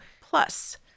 plus